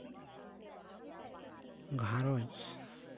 ᱜᱷᱟᱨᱚᱸᱡᱽ